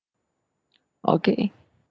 okay